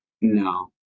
No